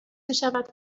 میشود